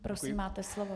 Prosím, máte slovo.